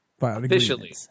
officially